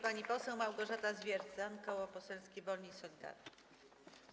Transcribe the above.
Pani poseł Małgorzata Zwiercan, Koło Poselskie Wolni i Solidarni.